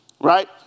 right